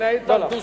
לנהל אתם דו-שיח,